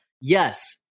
Yes